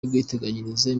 y’ubwiteganyirize